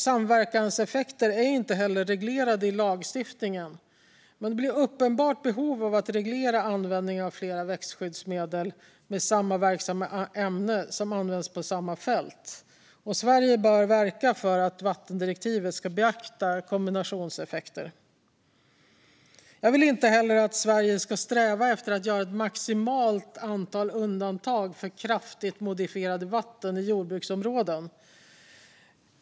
Samverkanseffekter är inte heller reglerade i lagstiftningen. Men det finns ett uppenbart behov av att reglera användningen av flera växtskyddsmedel med samma verksamma ämne som används på samma fält. Sverige bör verka för att vattendirektivet ska beakta kombinationseffekter. Jag vill inte heller att Sverige ska sträva efter att göra ett maximalt antal undantag för kraftigt modifierade vatten i jordbruksområden.